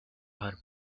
her